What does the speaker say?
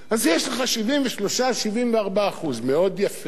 אז יש לך 73%, 74%, מאוד יפה.